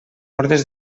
ordres